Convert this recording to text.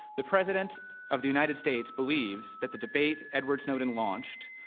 the president of the united states believes that the debate edward snowden launched,